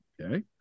Okay